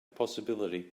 possibility